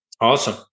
Awesome